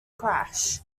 crash